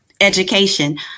education